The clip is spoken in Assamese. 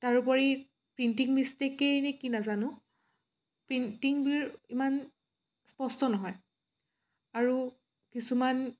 তাৰ উপৰি প্ৰিণ্টিং মিচটেকেই নে কি নাজানো প্ৰিণ্টিংবোৰ ইমান স্পষ্ট নহয় আৰু কিছুমান